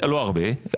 לא הרבה,